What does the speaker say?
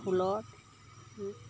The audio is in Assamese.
ফুলত